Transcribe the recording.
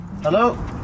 Hello